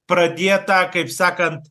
pradėta kaip sakant